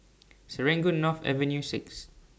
Serangoon North Avenue six